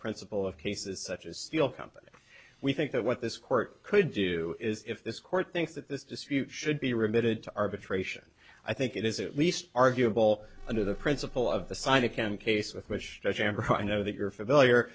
principle of cases such as steel company we think that what this court could do is if this court thinks that this dispute should be remitted to arbitration i think it is a least arguable under the principle of the sign it can case with wish i know that you're familiar